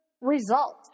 result